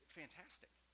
fantastic